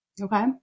Okay